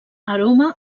aroma